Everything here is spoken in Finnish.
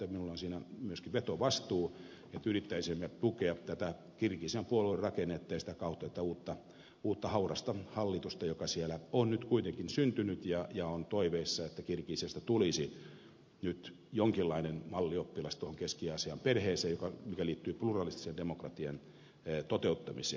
minulla on siinä myöskin vetovastuu että yrittäisimme tukea tätä kirgisian puoluerakennetta ja sitä kautta tätä uutta haurasta hallitusta joka siellä on nyt kuitenkin syntynyt ja on toiveissa että kirgisiasta tulisi nyt jonkinlainen mallioppilas tuohon keski aasian perheeseen mikä liittyy pluralistisen demokratian toteuttamiseen